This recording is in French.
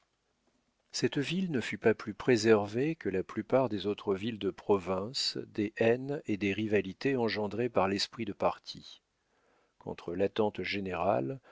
cette ville ne fut pas plus préservée que la plupart des autres villes de province des haines et des rivalités engendrées par l'esprit de parti contre l'attente générale